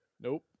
Nope